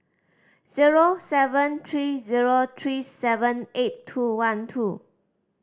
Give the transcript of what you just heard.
zero seven three zero three seven eight two one two